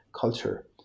Culture